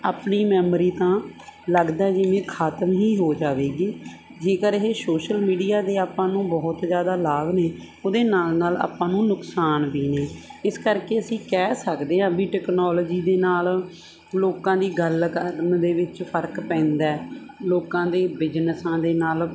ਆਪਣੀ ਮੈਮਰੀ ਤਾਂ ਲੱਗਦਾ ਜਿਵੇਂ ਖ਼ਤਮ ਹੀ ਹੋ ਜਾਵੇਗੀ ਜੇਕਰ ਇਹ ਸ਼ੋਸ਼ਲ ਮੀਡੀਆ ਦੇ ਆਪਾਂ ਨੂੰ ਬਹੁਤ ਜ਼ਿਆਦਾ ਲਾਭ ਨੇ ਉਹਦੇ ਨਾਲ ਨਾਲ ਆਪਾਂ ਨੂੰ ਨੁਕਸਾਨ ਵੀ ਨੇ ਇਸ ਕਰਕੇ ਅਸੀਂ ਕਹਿ ਸਕਦੇ ਹਾਂ ਵੀ ਟੈਕਨੋਲੋਜੀ ਦੇ ਨਾਲ ਲੋਕਾਂ ਦੀ ਗੱਲ ਕਰਨ ਦੇ ਵਿੱਚ ਫਰਕ ਪੈਂਦਾ ਲੋਕਾਂ ਦੇ ਬਿਜ਼ਨਸਾਂ ਦੇ ਨਾਲ